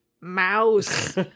Mouse